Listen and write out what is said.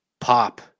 pop